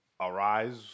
arise